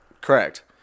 Correct